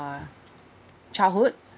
childhood